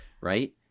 right